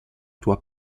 tua